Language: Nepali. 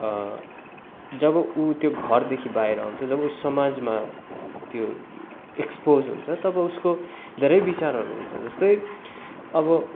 जब उ त्यो घरदेखि बाहिर आउँछ जब ऊ समाजमा त्यो एक्सपोज हुन्छ तब उसको धेरै विचारहरू हुन्छ जस्तै अब